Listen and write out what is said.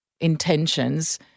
intentions